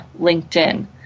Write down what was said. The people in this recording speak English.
LinkedIn